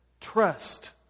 Trust